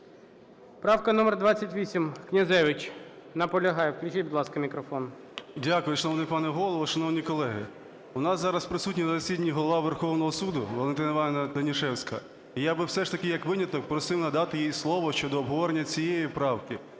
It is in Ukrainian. Правка номер 28, Князевич. Наполягає. Включіть, будь ласка, мікрофон. 13:18:50 КНЯЗЕВИЧ Р.П. Дякую. Шановний пане Голово, шановні колеги! У нас зараз присутня на засіданні Голова Верховного Суду Валентина Іванівна Данішевська. І я би все ж таки як виняток просив надати їй слово щодо обговорення цієї правки.